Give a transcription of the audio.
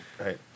Right